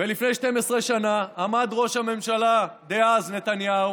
לפני 12 שנה עמד ראש הממשלה דאז נתניהו